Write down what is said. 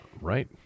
Right